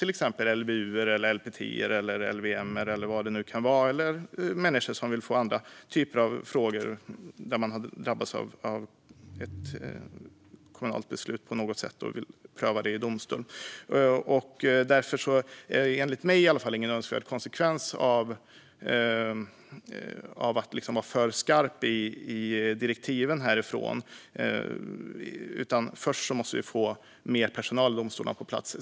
Det kan handla om LVU, LPT, LVM eller om människor som har drabbats av ett kommunalt beslut på något sätt och vill pröva det i domstol. Därför är det enligt mig i alla fall ingen önskvärd konsekvens att vara för skarp i direktiven härifrån. Först måste vi få mer personal i domstolarna.